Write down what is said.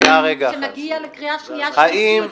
שקט.